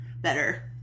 better